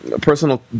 personal